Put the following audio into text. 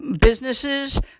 businesses